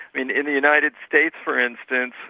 in in the united states for instance,